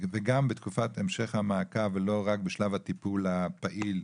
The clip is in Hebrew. וגם בתקופת המשך המעקב ולא רק בשלב הטיפול הפעיל,